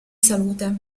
salute